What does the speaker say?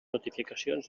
notificacions